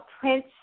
Prince